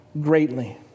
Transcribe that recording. greatly